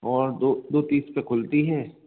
और दो दो तीस पर खुलती है